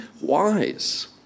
wise